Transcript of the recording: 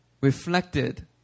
reflected